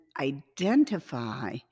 identify